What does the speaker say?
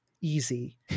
easy